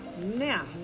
Now